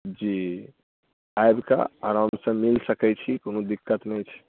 जी आबि कऽ आरामसँ मिल सकैत छी कोनो दिक्कत नहि छै